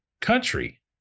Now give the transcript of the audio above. country